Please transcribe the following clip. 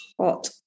hot